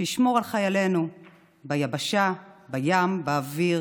שישמור על חיילינו ביבשה, בים, באוויר